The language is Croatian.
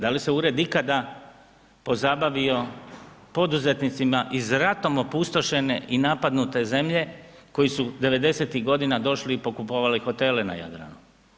Da li se Ured ikada pozabavio poduzetnicima iz ratom opustošene i napadnute zemlje, koji su '90.-ih godina došli i pokupovali hotele na Jadranu?